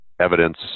evidence